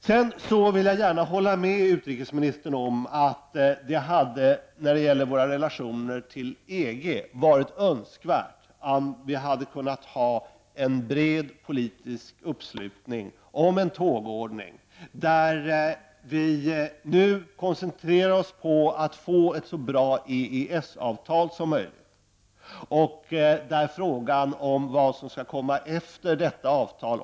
Jag håller gärna med utrikesministern om att det beträffande våra relationer till EG hade varit önskvärt med en bred politisk uppslutning kring en tågordning där vi koncentrerade oss på att få ett så bra EES-avtal som möjligt och på frågan om vad som skall komma efter detta avtal.